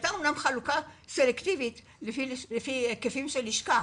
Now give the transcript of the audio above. הייתה אומנם חלוקה סלקטיבית לפי היקפים של לשכה.